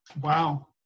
wow